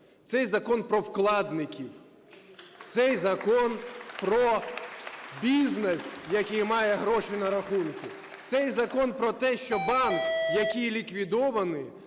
Цей закон про вкладників, цей закон про бізнес, який має гроші на рахунку. Цей закон про те, що банк, який ліквідований,